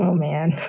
um man.